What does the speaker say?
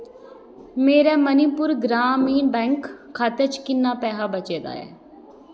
मेरा मणिपुर ग्रामीण बैंक खाते च किन्ना पैहा बचे दा ऐ